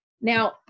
now